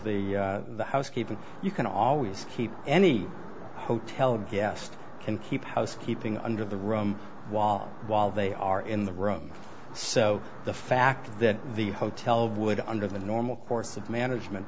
barred the housekeeping you can always keep any hotel guest can keep housekeeping under the room wall while they are in the room so the fact that the hotel would under the normal course of management